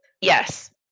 Yes